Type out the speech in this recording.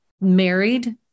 married